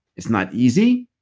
it's not easy.